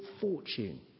fortune